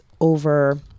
over